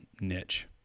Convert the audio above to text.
niche